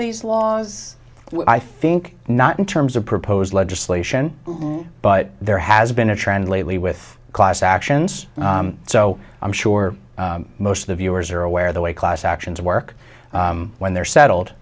these laws i think not in terms of proposed legislation by there has been a trend lately with class actions so i'm sure most of the viewers are aware the way class actions work when they're settled